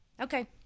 okay